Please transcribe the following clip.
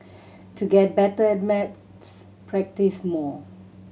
to get better at maths practise more